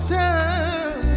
time